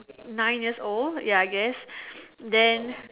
nine years old ya I guess then